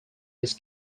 his